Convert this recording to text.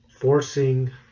forcing